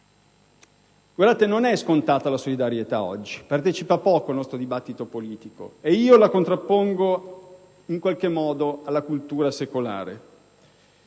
fraternità. Non è scontata, oggi, la solidarietà, partecipa poco al nostro dibattito politico, ed io la contrappongo in qualche modo alla cultura secolare